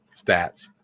stats